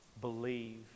believe